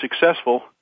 successful